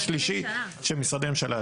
של משרדי ממשלה.